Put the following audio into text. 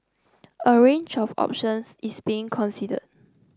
a range of options is being considered